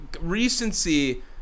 Recency